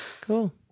cool